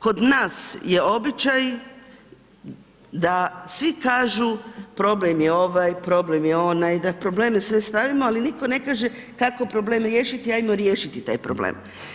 Kod nas je običaj da svi kažu problem je ovaj, problem je onaj, da probleme sve stavimo, ali niko ne kaže kako problem riješiti i ajmo riješiti taj problem.